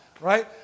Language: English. right